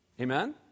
Amen